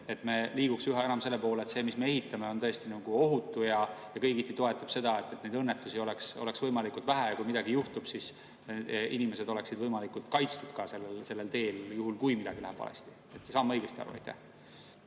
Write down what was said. et me liiguks üha enam selle poole, et see, mida me ehitame, on tõesti ohutu ja kõigiti toetab seda, et õnnetusi oleks võimalikult vähe, ja kui midagi juhtub, siis inimesed oleksid võimalikult kaitstud ka sellel teel, juhul kui midagi valesti läheb. Saan ma õigesti aru? Aitäh!